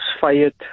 fired